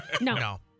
no